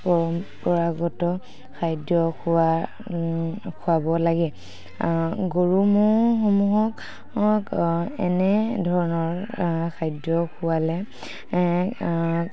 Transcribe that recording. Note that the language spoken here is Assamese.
পৰম্পৰাগত খাদ্য খোৱাব লাগে গৰু ম'হসমূহকক এনে ধৰণৰ খাদ্য খোৱালে